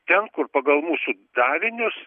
ten kur pagal mūsų davinius